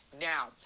Now